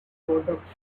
products